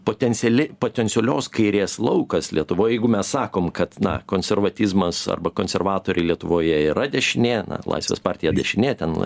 potenciali potencialios kairės laukas lietuvoj jeigu mes sakom kad na konservatizmas arba konservatoriai lietuvoje yra dešinė na laisvės partija dešinė ten